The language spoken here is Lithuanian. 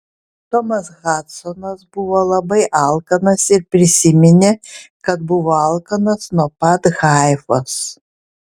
tomas hadsonas buvo labai alkanas ir prisiminė kad buvo alkanas nuo pat haifos